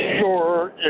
sure